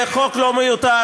זה חוק לא מיותר,